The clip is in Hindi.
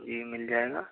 जी मिल जाएगा